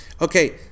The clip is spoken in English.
Okay